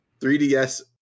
3DS